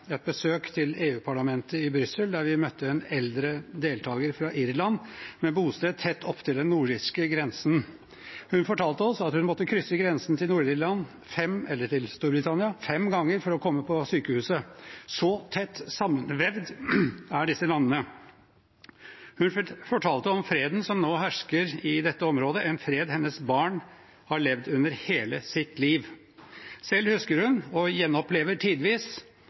eldre deltaker fra Irland med bosted tett opp til den nordirske grensen. Hun fortalte oss at hun måtte krysse grensen til Storbritannia fem ganger for å komme på sykehuset. Så tett sammenvevd er disse landene. Hun fortalte om freden som nå hersker i dette området – en fred hennes barn har levd under hele sitt liv. Selv husker hun, og gjenopplever tidvis,